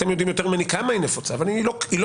אתם יודעים יותר ממני כמה היא נפוצה אבל היא קיימת,